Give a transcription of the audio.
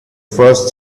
first